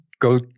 go